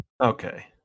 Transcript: Okay